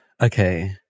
Okay